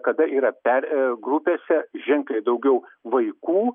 kada yra per grupėse ženkliai daugiau vaikų